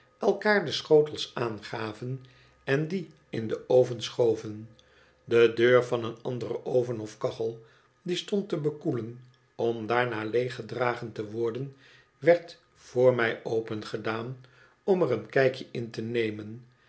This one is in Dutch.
elkaar de schotels aangaven en die in den oven schoven de deur van een anderen oven of kachel die stond te bekoelen om daarna leeg gedragen te worden werd voor mij opengedaan om er een kijkje in te nemen